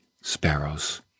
sparrows